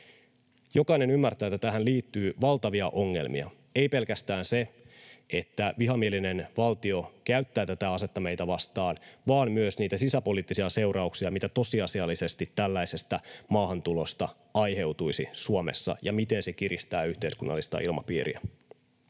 Jokainen ymmärtää, että tähän liittyy valtavia ongelmia. Ei pelkästään se, että vihamielinen valtio käyttää tätä asetta meitä vastaan, vaan myös niitä sisäpoliittisia seurauksia, mitä tosiasiallisesti tällaisesta maahantulosta aiheutuisi Suomessa ja miten se kiristää yhteiskunnallista ilmapiiriä.